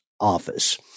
Office